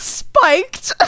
spiked